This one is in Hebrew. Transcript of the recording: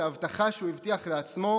את ההבטחה שהוא הבטיח לעצמו: